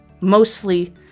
mostly